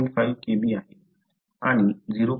5 Kb आणि 0